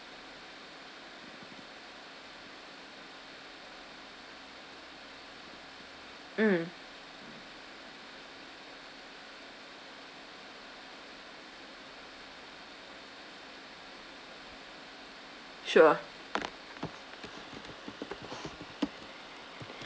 mm sure